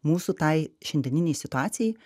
mūsų tai šiandieninei situacijai